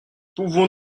pouvons